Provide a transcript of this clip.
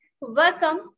Welcome